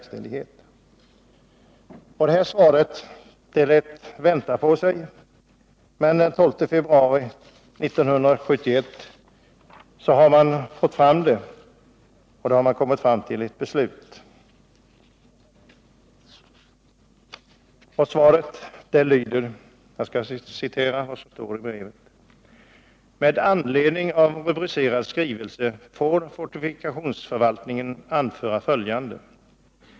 Svaret lät vänta på sig, men den 12 februari 1971 hade man inom fortifikationsförvaltningen kommit fram till ett beslut. Svaret lyder: ”Med anledning av rubricerad skrivelse får fortifikationsförvaltningen anföra följande.